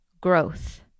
growth